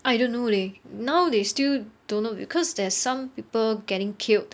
I don't know leh now they still don't know because there's some people getting killed